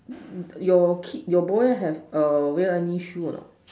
your kid your boy have err wear any shoe a not